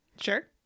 Sure